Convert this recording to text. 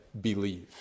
believe